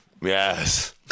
Yes